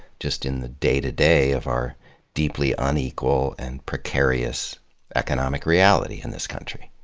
just in the day to day of our deeply unequal and precarious economic reality in this country.